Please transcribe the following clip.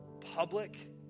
public